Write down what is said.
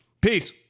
Peace